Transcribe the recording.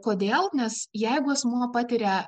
kodėl nes jeigu asmuo patiria